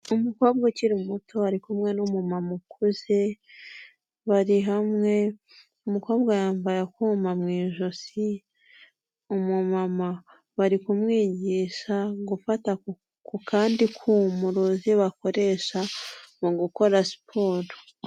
Umukobwa ukiri muto ari kumwe n'umumama ukuze bari hamwe, umukobwa yambaye akuma mu ijosi, umumama bari kumwigisha gufata ku kandi kuma uruzi bakoresha mu gukora siporo.